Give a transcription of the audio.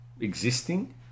existing